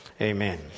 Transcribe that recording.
Amen